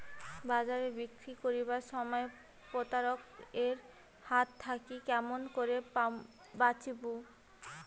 বাজারে বিক্রি করিবার সময় প্রতারক এর হাত থাকি কেমন করি বাঁচিমু?